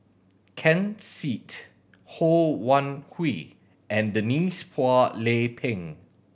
Ken Seet Ho Wan Hui and Denise Phua Lay Peng